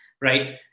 right